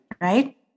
right